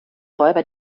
räuber